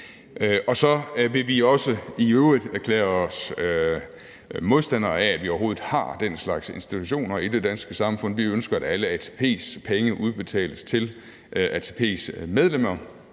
Så vil vi i øvrigt også erklære os modstandere af, at vi overhovedet har den slags institutioner i det danske samfund. Vi ønsker, at alle ATP's penge udbetales til ATP's medlemmer,